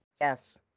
Yes